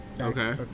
Okay